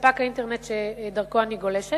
מספק האינטרנט שדרכו אני גולשת,